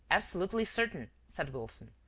absolutely certain, said wilson,